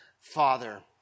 father